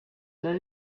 that